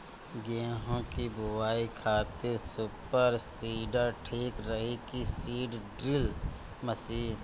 गेहूँ की बोआई खातिर सुपर सीडर ठीक रही की सीड ड्रिल मशीन?